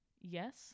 Yes